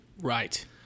Right